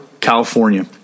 California